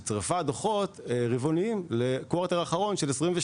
שצירפה דו"חות רבעוניים ל-Quarter האחרון של 2022,